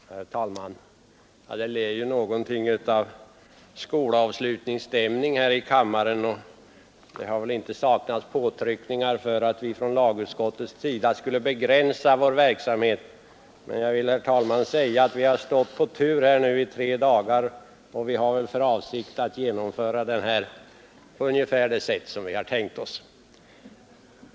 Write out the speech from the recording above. Herr talman! Det ligger ju någonting av skolavslutningsstämmning över kammaren, och det har väl inte saknats påtryckningar för att vi från lagutskottets sida skulle begränsa vår verksamhet. Men jag vill, herr talman, säga att vi har stått på tur nu i tre dagar, och vi har väl för avsikt att genomföra denna debatt så som vi hade tänkt oss.